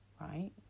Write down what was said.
right